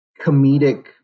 comedic